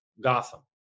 Gotham